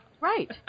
Right